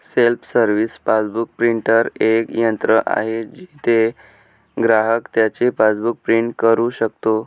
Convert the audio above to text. self service passbook printer एक यंत्र आहे जिथे ग्राहक त्याचे पासबुक प्रिंट करू शकतो